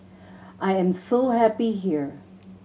I am so happy here